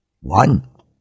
one